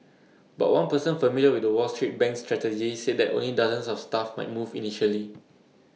but one person familiar with the wall street bank's strategy said that only dozens of staff might move initially